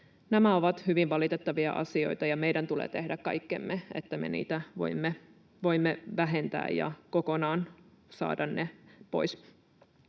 Nämä ovat hyvin valitettavia asioita, ja meidän tulee tehdä kaikkemme, että me niitä voimme vähentää ja kokonaan saada ne pois.